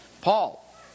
Paul